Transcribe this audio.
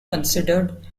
considered